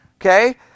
Okay